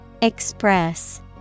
Express